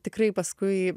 tikrai paskui